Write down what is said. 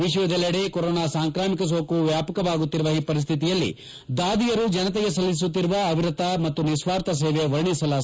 ವಿಶ್ವದೆಲ್ಲೆಡೆ ಕೊರೊನಾ ಸಾಂಕ್ರಾಮಿಕ ಸೋಂಕು ವ್ಯಾಪಕವಾಗುತ್ತಿರುವ ಪರಿಸ್ಥಿತಿಯಲ್ಲಿ ದಾದಿಯರು ಜನತೆಗೆ ಸಲ್ಲಿಸುತ್ತಿರುವ ಅವಿರತ ಮತ್ತು ನಿಸ್ನಾರ್ಥ ಸೇವೆ ವರ್ಣಿಸಲಸದಳ